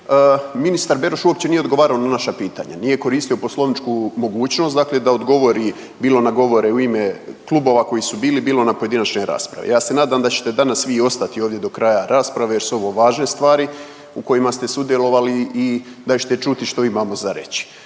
ministar Beroš uopće nije odgovarao na naša pitanja, nije koristio poslovničku mogućnost dakle da odgovori, bilo na govore u ime klubova koji su bili, bilo na pojedinačne rasprave, ja se nadam da ćete danas vi ostati ovdje do kraja rasprave jer su ovo važne stvari u kojima ste sudjelovali i da ćete čuti što imamo za reći.